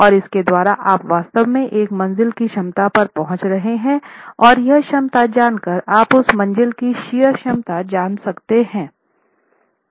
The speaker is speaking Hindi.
और इसके द्वारा आप वास्तव में एक मंज़िल की क्षमता पर पहुंच रहे हैं और यह क्षमता जानकर आप उस मंजिल की शियर क्षमता जान सकते हैं की